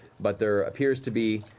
but there appears to be